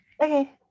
okay